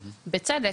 בצדק,